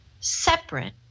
separate